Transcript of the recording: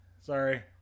Sorry